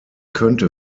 könnte